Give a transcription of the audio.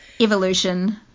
evolution